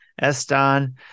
Eston